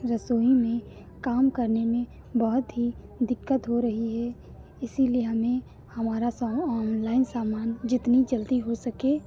रसोई में काम करने में बहुत ही दिक्कत हो रही है इसीलिए हमें हमारा साम ऑनलाइन सामान जितनी जल्दी हो सके